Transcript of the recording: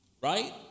right